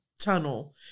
tunnel